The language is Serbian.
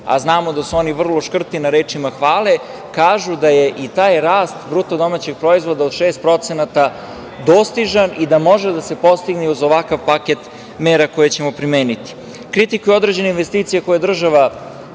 a znamo da su oni vrlo škrti na rečima hvale, kažu da je i taj rast BDP od 6% dostižan i da može da se postigne i uz ovakav paket mera koje ćemo primeniti. Kritikuju i određene investicije u koje država